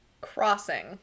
crossing